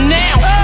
now